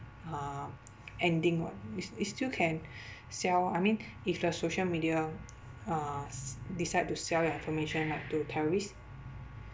uh ending [what] is is still can sell I mean if the social media uh s~ decide to sell your information like to terrorists